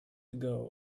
ago